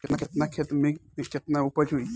केतना खेत में में केतना उपज होई?